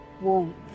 Warmth